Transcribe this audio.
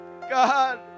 God